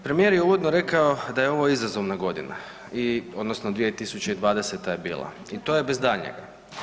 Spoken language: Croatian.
Premijer je uvodno rekao da je ovo izazovna godina, odnosno 2020. je bila i to je bez daljnjega.